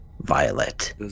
violet